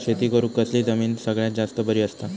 शेती करुक कसली जमीन सगळ्यात जास्त बरी असता?